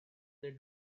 they